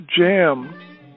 jam